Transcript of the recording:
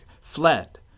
fled